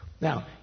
Now